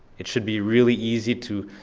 it should be really easy to